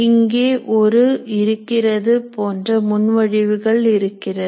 இங்கே ஒரு இருக்கிறது போன்ற முன்மொழிவுகள் இருக்கிறது